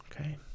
Okay